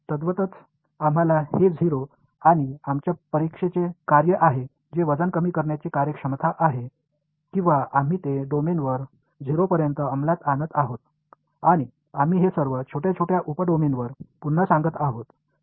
तद्वतच आम्हाला हे 0 आणि आमच्या परीक्षेचे कार्य आहे जे वजन कमी करण्याची कार्यक्षमता आहे किंवा आम्ही ते डोमेनवर 0 पर्यंत अंमलात आणत आहोत आणि आम्ही हे सर्व छोट्या छोट्या उप डोमेनवर पुन्हा सांगत आहोत